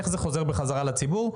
ואיך זה חוזר בחזרה לציבור.